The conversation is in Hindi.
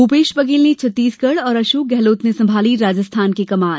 भूपेश बघेल ने छत्तीसगढ़ और अशोक गेहलोत ने संभाली राजस्थान की कमान